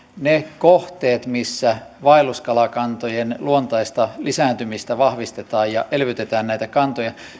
niissä kohteissa missä vaelluskalakantojen luontaista lisääntymistä vahvistetaan ja elvytetään näitä kantoja